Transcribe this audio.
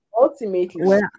ultimately